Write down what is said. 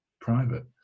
private